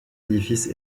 édifice